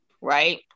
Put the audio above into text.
right